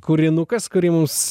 kūrinukas kurį mums